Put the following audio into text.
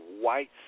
white